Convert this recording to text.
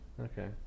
Okay